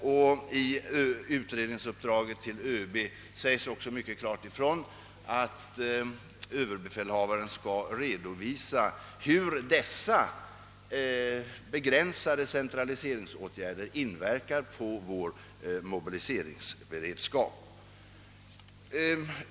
I utredningsuppdraget till överbefälhavaren säges också mycket klart ifrån att överbefälhavaren skall redovisa hur begränsade centraliseringsåtgärder inverkar på vår mobiliseringsberedskap.